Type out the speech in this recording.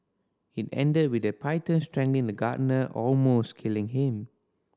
it ended with the python strangling the gardener almost killing him